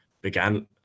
began